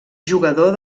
jugador